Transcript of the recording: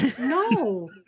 No